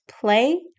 play